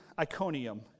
Iconium